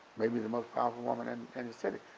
maybe the most powerful woman in, in the city.